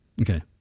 Okay